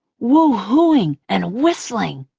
woo-hooing and whistling.